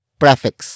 prefix